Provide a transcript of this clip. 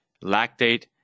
lactate